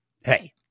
Hey